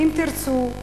"אם תרצו",